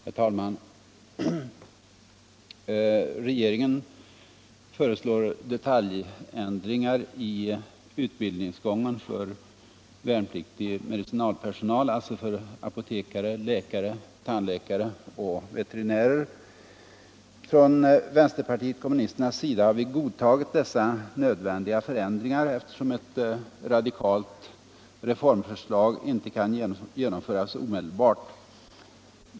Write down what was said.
Herr talman! Regeringen föreslår detaljändringar i utbildningsgången = värnpliktig mediciför värnpliktig medicinalpersonal, alltså för apotekare, läkare, tandläkare — nalpersonal och veterinärer. Från vpk har vi godtagit dessa nödvändiga förändringar, eftersom ett radikalt reformförslag inte kan genomföras omedelbart.